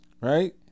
right